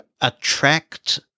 attract